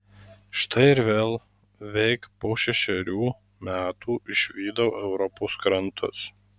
štai ir vėl veik po šešerių metų išvydau europos krantus